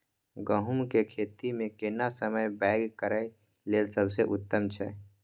गहूम के खेती मे केना समय बौग करय लेल सबसे उत्तम छै?